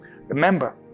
remember